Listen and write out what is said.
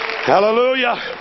hallelujah